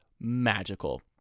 magical